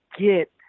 get